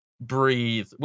breathe